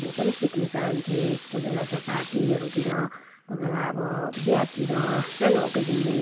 म पनि सिक्नु चाहन्थेँ कोही बेला यसो पार्टीहरूतिर कोही बेला अब बिहातिर सानो ओकेजनले